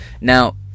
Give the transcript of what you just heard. Now